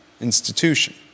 institution